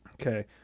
Okay